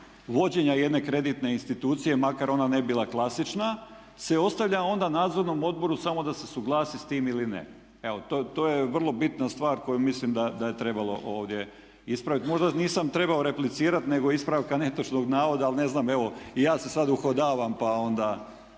vođenja jedne kreditne institucije, makar ona ne bila klasična se ostavlja onda Nadzornom odboru samo ad se suglasi s tim ili ne. Evo, to je vrlo bitna stvar koju mislim da je trebalo ovdje ispraviti. Možda nisam trebao replicirati nego ispravka netočnog navoda, ali ne znam. Evo i ja se sad uhodavam, pa onda